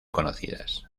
conocidas